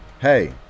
Hey